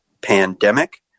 pandemic